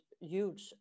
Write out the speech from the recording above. huge